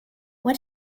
what